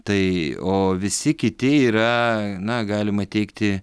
tai o visi kiti yra na galima teigti